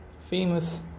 famous